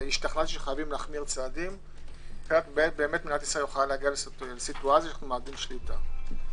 והשתכנעתי שחייבים להחמיר את הצעדים כדי לא להגיע למצב של איבוד שליטה.